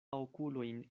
okulojn